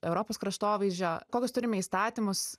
europos kraštovaizdžio kokius turime įstatymus